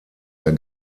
der